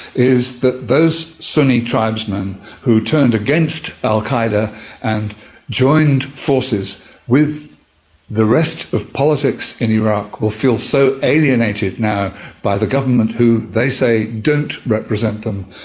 is that those sunni tribesmen who turned against al qaeda and joined forces with the rest of politics in iraq will feel so alienated now by the government who they say don't represent them,